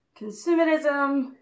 consumerism